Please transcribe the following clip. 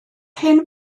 hen